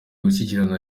gushyigikirwa